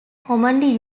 commonly